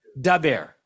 Daber